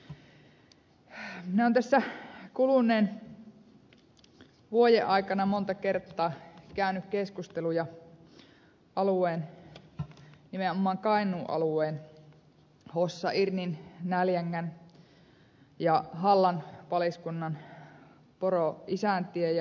minä olen tässä kuluneen vuoden aikana monta kertaa käynyt keskusteluja nimenomaan kainuun alueen hossa irnin näljängän ja hallan paliskuntien poroisäntien ja poromiesten kanssa